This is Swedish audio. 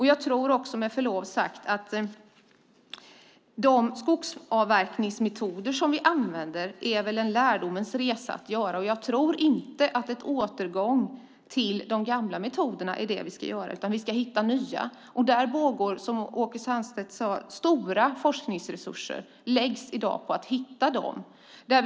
Jag tror också, med förlov sagt, att vilka skogsavverkningsmetoder vi ska använda är en lärdomens resa att göra. En återgång till de gamla metoderna är inte det rätta, utan vi ska hitta nya. Det läggs, som Åke Sandström sade, stora forskningsresurser på detta i dag.